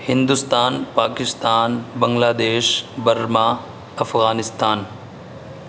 Hindustan Pakistan Bangladesh Burma Afghanistan